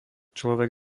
človek